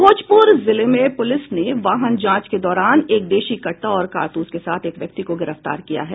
भोजपुर जिले में पुलिस ने वाहन जांच के दौरान एक देशी कद्दा और कारतूस के साथ एक व्यक्ति को गिरफ्तार किया है